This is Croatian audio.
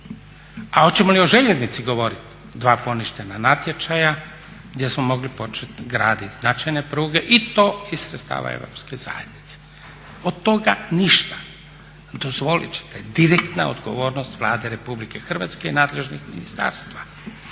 A hoćemo li o željeznici govoriti? Dva poništena natječaja gdje smo mogli početi graditi značajne pruge i to iz sredstava Europske zajednice. Od toga ništa! Dozvolit ćete, direktna odgovornost je Vlade RH i nadležnih ministarstava.